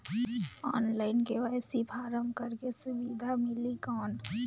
Online KYC form करेके सुविधा मिली कौन?